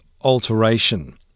alteration